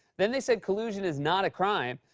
then, they said collusion is not a crime.